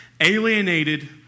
alienated